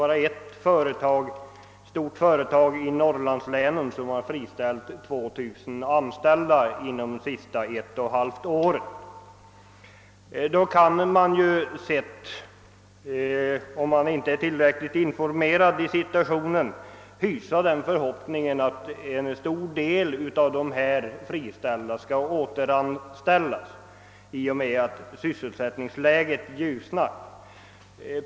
Bara ett enda stort företag i norrlandslänen har under ett och ett halvt år friställt 2000 arbetare. Om man då inte är tillräckligt insatt i situationen kan man möjligen hysa den förhoppningen att en stor del av dessa friställda skall kunna återanställas när sysselsättningsläget ljusnat.